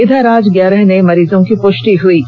इधर आज ग्यारह नये मरीजों की पुष्टि हुई है